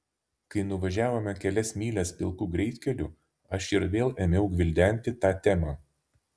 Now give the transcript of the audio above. kai nuvažiavome kelias mylias pilku greitkeliu aš ir vėl ėmiau gvildenti tą temą